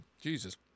Jesus